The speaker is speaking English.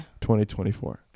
2024